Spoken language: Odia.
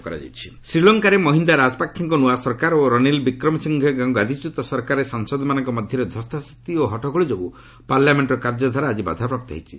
ଏଲ୍ଏଲ୍ ପାର୍ଲାମେଣ୍ଟ ଶ୍ରୀଲଙ୍କାରେ ମହିନ୍ଦା ରାଜପାକ୍ଷେଙ୍କ ନୂଆ ସରକାର ଓ ରନିଲ ବକ୍ରମସିଂହେଙ୍କ ଗାଦିଚ୍ୟତ ସରକାରରେ ସାଂସଦମାନଙ୍କ ମଧ୍ୟରେ ଧସ୍ତାଧସ୍ତି ଓ ହଟ୍ଟଗୋଳ ଯୋଗୁଁ ପାର୍ଲାମେଣ୍ଟର କାର୍ଯ୍ୟଧାରା ଆଜି ବାଧାପ୍ରାପ୍ତ ହୋଇଛି